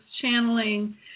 channeling